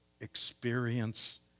experience